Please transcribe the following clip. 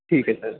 ਠੀਕ ਹੈ ਸਰ